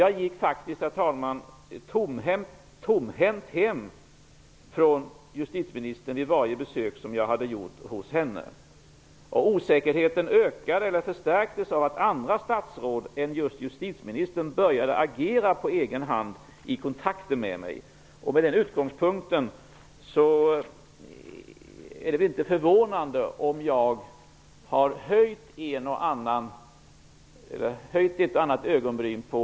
Jag gick faktiskt tomhänt hem efter varje besök som jag hade gjort hos justitieministern. Osäkerheten förstärktes av att andra statsråd än just justitieministern började att agera på egen hand i kontakter med mig. Med den utgångspunkten är det väl inte förvånande att jag har höjt ett och annat ögonbryn.